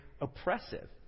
oppressive